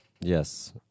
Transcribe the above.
Yes